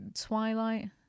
twilight